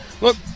Look